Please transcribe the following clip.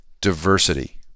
Diversity